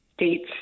dates